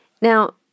Now